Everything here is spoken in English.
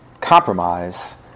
compromise